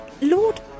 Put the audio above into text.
Lord